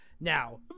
Now